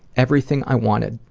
everything i wanted.